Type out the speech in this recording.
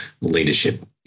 leadership